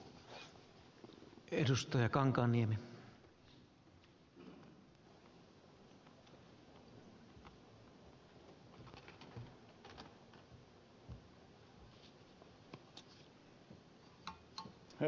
herra puhemies